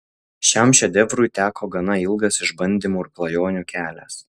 šiam šedevrui teko gana ilgas išbandymų ir klajonių kelias